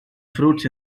fruits